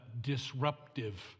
disruptive